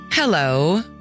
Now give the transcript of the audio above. Hello